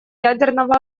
ядерного